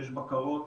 יש בקרות,